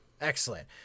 Excellent